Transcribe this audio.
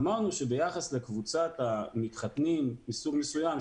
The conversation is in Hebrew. אמרנו שביחס לקבוצת המתחתנים מסוג מסוים,